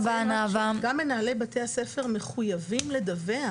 גם מנהלי בתי הספר מחויבים לדווח.